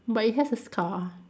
but it has a scar